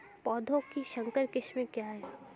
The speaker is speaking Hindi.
पौधों की संकर किस्में क्या हैं?